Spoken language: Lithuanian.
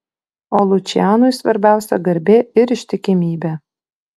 o lučianui svarbiausia garbė ir ištikimybė